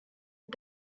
had